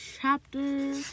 chapter